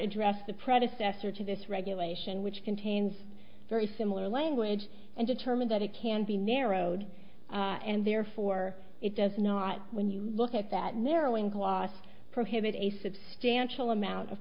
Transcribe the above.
addressed the predecessor to this regulation which contains very similar language and determined that it can be narrowed and therefore it does not when you look at that narrowing class prohibit a substantial amount of